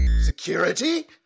Security